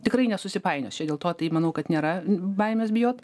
tikrai nesusipainios čia dėl to tai manau kad nėra baimės bijot